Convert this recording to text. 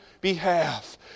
behalf